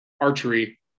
Archery